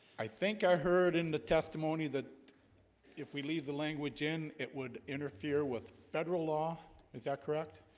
i think i heard in the testimony that if we leave the language in it would interfere with federal law is that correct?